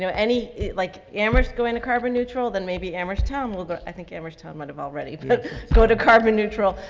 you know any like amherst going to carbon neutral, then maybe amherst town, we'll go, i think amherst town might have already but but go to carbon neutral,